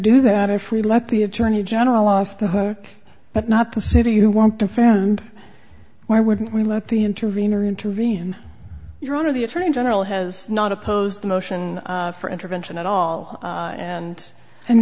do that if we let the attorney general off the hook but not the city you want to found why wouldn't we let the intervenor intervene your honor the attorney general has not opposed the motion for intervention at all and